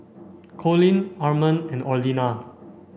Colin Armand and Orlena